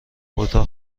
اتاق